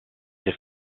der